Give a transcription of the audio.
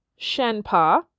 shenpa